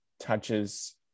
touches